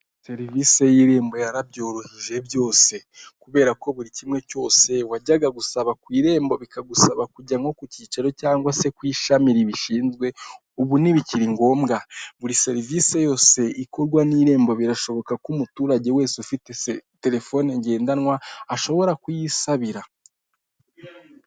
Serivisi y'irembo yarabyoroheje byose kubera ko buri kimwe cyose wajyaga gusaba ku irembo bikagusaba kujya nko ku cyicaro cyangwa se ku ishami ribishinzwe ubu ntibikiri ngombwa, buri serivisi yose ikorwa n'irembo birashoboka ko umuturage wese ufite telefone ngendanwa ashobora kuyisabira.